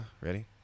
Ready